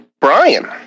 Brian